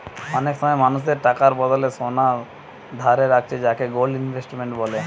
অনেক সময় মানুষ টাকার বদলে সোনা ধারে রাখছে যাকে গোল্ড ইনভেস্টমেন্ট বলে